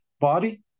body